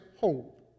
hope